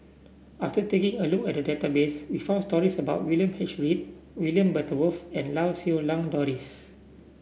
after taking a look at the database we found stories about William H Read William Butterworth and Lau Siew Lang Doris